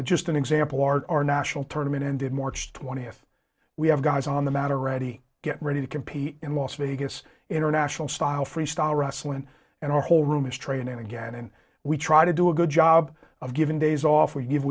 i just an example our our national tournament ended march twentieth we have guys on the matter ready get ready to compete in las vegas international style freestyle wrestling and our whole room is training again and we try to do a good job of giving days off we give